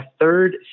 third